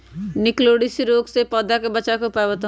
निककरोलीसिस रोग से पौधा के बचाव के उपाय बताऊ?